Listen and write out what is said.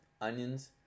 onions